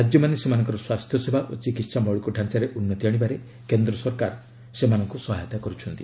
ରାଜ୍ୟମାନେ ସେମାନଙ୍କର ସ୍ୱାସ୍ଥ୍ୟସେବା ଓ ଚିକିତ୍ସା ମୌଳିକ ଢ଼ାଞ୍ଚାରେ ଉନ୍ନତି ଆଶିବାରେ କେନ୍ଦ୍ ସରକାର ସହାୟତା କରୁଛନ୍ତି